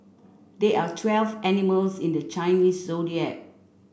there are twelve animals in the Chinese Zodiac